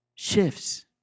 shifts